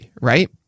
right